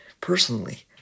personally